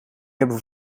hebben